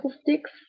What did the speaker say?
sticks